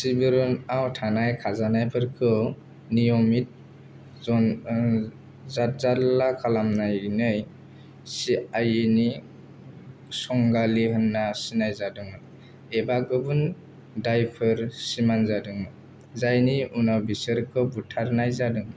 शिबिरआव थानाय खाजानायफोरखौ नियमित जन जातजार्ला खालामनानै सिआइएनि संगालि होनना सिनाय जादोंमोन एबा गुबुन दायफोर सिमान जादोंमोन जायनि उनाव बिसोरखौ बुथारनाय जादों